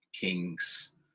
kings